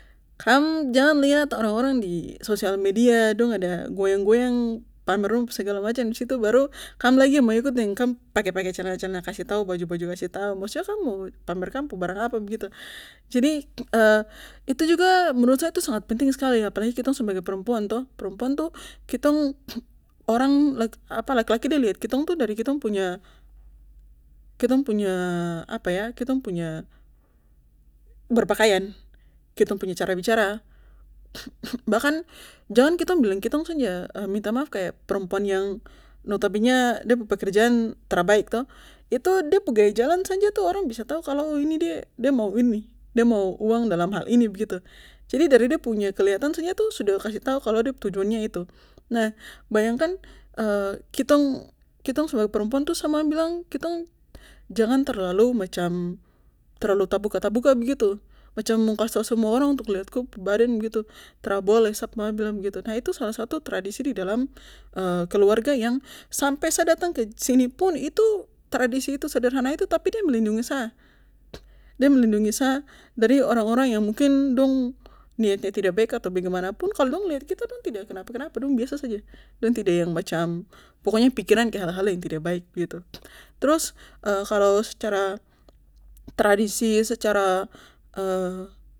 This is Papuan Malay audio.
Kam jang liat orang orang di sosial media dong ada goyang goyang pamer dong pu segala macam disitu baru kam lagi mo ikut deng pake pake celana celana kasih tau baju baju kasih tau maksudnya kam mo pamer kam pu barang apa begitu jadi itu juga menurut saya sangat penting skali apalagi kitong sebagai perempuan toh perempuan tuh kitong orang apa laki laki de liat kitong tuh dari kitong punya kitong punya apan yah kitong punya berpakaian, kitong punya cara bicara bahkan jangan kitong bilang kitong saja minta maaf kaya perempuan yang notabennya de punya pekerjaan tra baik toh itu de pu gaya jalan saja orang bisa tau kalo ini de mau ini de mau uang dalam hal ini begitu jadi dari de punya keliatan itu saja sudah kasih tau kalo de pu tujuannya itu nah bayangkan kitong sebagai perempuan itu sa mama bilang kitong jangan terlalu macam terlalu tabuka tabuka begitu macam mo kasih tau semua orang tuk liat ko pu badan begitu tra boleh sap mama bilang begitu nah itu salah satu tradisi di dalam keluarga yang sampe sa datang ke sinipun itu tradisi itu sederhana itu tapi de melindungi sa de melindungi sa dari orang orang yang mungkin dong niat yang tidak baik atau bagaimanapun kalo dong liat kita dong tidak kenapa napa dong biasa saja dong tidak yang macam pokonya pikiran ke hal hal yang tidak baik begitu trus kalo secara tradisi secara